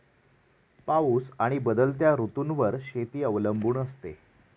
पाऊस आणि बदलत्या ऋतूंवर शेती अवलंबून असते